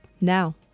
now